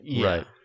Right